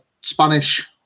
Spanish